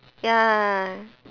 ya